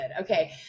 Okay